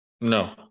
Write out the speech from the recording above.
No